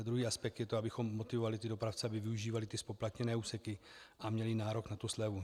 Druhý aspekt je to, abychom motivovali dopravce, aby využívali zpoplatněné úseky a měli nárok na slevu.